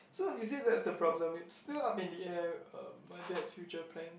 so you see that's the problem it's still up in the air uh my dad's future plan